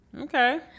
Okay